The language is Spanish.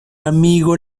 amigo